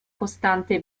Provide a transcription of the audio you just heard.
costante